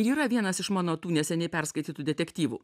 yra vienas iš mano tų neseniai perskaitytų detektyvų